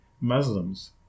Muslims